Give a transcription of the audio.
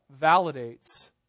validates